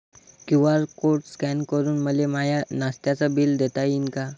QR code scan करून मले माय नास्त्याच बिल देता येईन का?